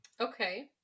Okay